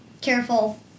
careful